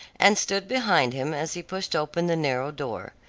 and stood behind him as he pushed open the narrow door.